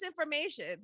information